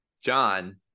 John